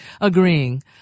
agreeing